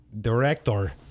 director